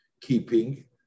keeping